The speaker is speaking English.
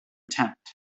tent